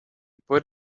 put